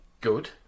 good